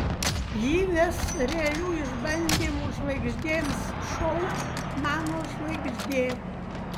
ji ves realių išbandymų žvaigždėms šou mano žvaigždė